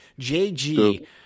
JG